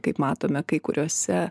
kaip matome kai kuriose